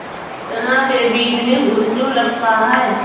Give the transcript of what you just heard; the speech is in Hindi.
चना के बीज में घुन क्यो लगता है?